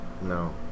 No